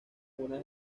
una